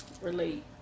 relate